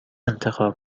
انتخاب